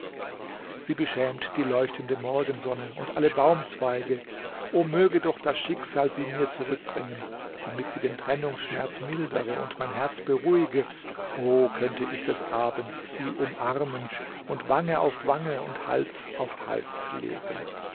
sie beschämt die leuchtende morgensonne und alle baumzweige o möge doch das schicksal sie mir zurückbringen damit sie den trennungsschmerz mildere und mein herz beruhige o könnte ich des abends sie umarmen und wange auf wange und hals auf hals legen